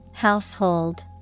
Household